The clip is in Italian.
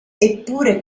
eppure